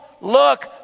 look